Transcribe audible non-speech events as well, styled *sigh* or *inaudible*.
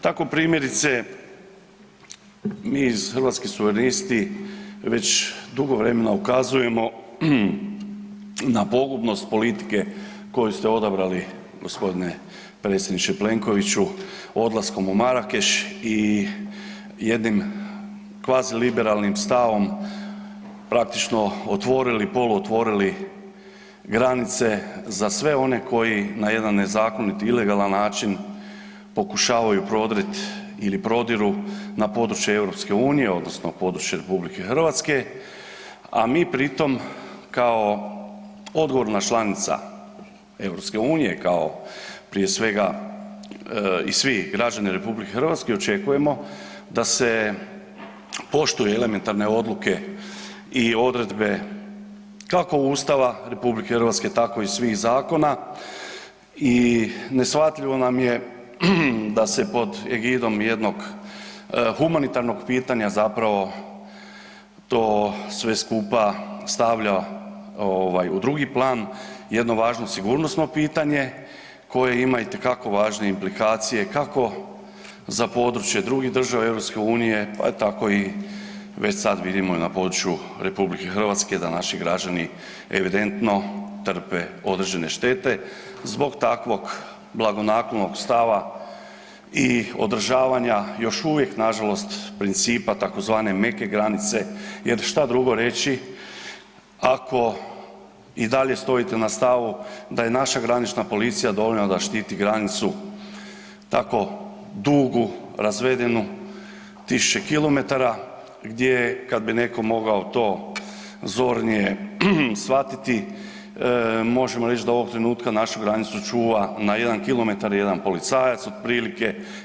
Tako primjerice mi iz Hrvatski suverenisti već dugo vremena ukazujemo na pogubnost politike koju ste odabrali, g. predsjedniče Plenkoviću, odlaskom u Marakeš i jednim kvaziliberalnim stavom praktično otvorili, poluotvorili granice za sve one koji na jedan nezakonit, ilegalan način pokušavaju prodrijeti ili prodiru na područje EU odnosno područje RH, a mi pritom kao odgovorna članica EU kao, prije svega i svi građani RH očekujemo da se poštuju elementarne odluke i odredbe kako Ustava RH, tako i svih zakona i neshvatljivo nam je da se pod ... *unintelligible* jednog humanitarnog pitanja zapravo to sve skupa stavlja u drugi plan, jedno važno sigurnosno pitanje koje ima itekako važne implikacije, kako za područje drugih država EU, pa je tako i već sad vidimo na području RH da naši građani evidentno trpe određene štete zbog takvog blagonaklonog stanja i održavanja još uvijek, nažalost principa tzv. meke granice, jer što drugo reći, ako i dalje stojite na stavu da je naša granična policija dovoljna da štiti granicu, tako dugu, razvedenu, tisuće kilometara gdje je, kad bi netko mogao to zornije shvatiti, možemo reći do ovog trenutka, našu granicu čuva na jedan kilometar, jedan policajac otprilike.